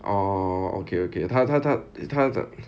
orh okay okay 他他他他的